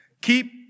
Keep